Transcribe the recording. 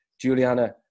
Juliana